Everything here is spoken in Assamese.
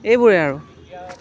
এইবোৰে আৰু